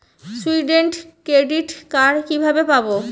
Student credit card কিভাবে পাব?